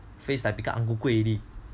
face like become ang ku kueh already